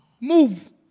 move